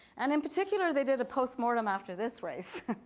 and in particular, they did a post-mortem after this race.